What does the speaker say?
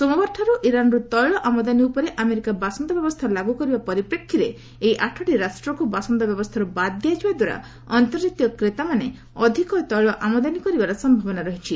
ସୋମବାରଠାରୁ ଇରାନ୍ରୁ ତୈଳ ଆମଦାନି ଉପରେ ଆମେରିକା ବାସନ୍ଦ ବ୍ୟବସ୍ଥା ଲାଗ୍ର କରିବା ପରିପ୍ରେକ୍ଷୀରେ ଏଇ ଆଠଟି ରାଷ୍ଟ୍ରକ୍ ବାସନ୍ଦ ବ୍ୟବସ୍ଥାର୍ ବାଦ୍ ଦିଆଯିବା ଦ୍ୱାରା ଅନ୍ତର୍ଜାତୀୟ କ୍ରେତାମାନେ ଅଧିକ ତୈଳ ଆମଦାନୀ କରିବାର ସମ୍ଭାବନା ରହିଛି